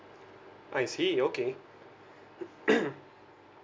I see okay